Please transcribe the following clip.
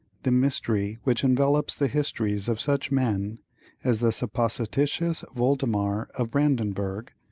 the mystery which envelopes the histories of such men as the supposititious voldemar of brandenburg,